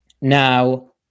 Now